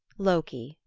loki,